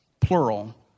plural